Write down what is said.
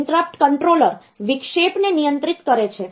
interrupt controller વિક્ષેપ ને નિયંત્રિત કરે છે